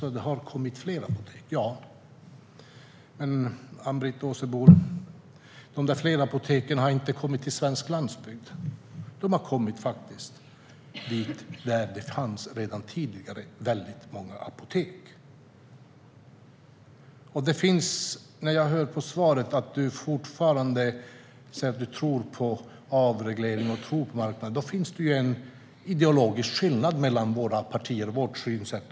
Ja, det har kommit fler apotek, men de nya apoteken finns inte på den svenska landsbygden utan där det redan tidigare fanns många apotek. Ann-Britt Åsebol tror fortfarande på avregleringen och marknaden, så det finns en ideologisk skillnad mellan våra partier och våra synsätt.